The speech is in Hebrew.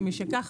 ומשכך,